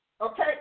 Okay